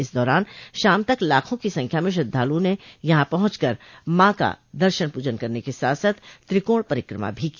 इस दौरान शाम तक लाखों की संख्या में श्रद्धालुओं ने यहां पहुंच कर मां का दर्शन पूजन करने के साथ साथ त्रिकोण परिकमा भी की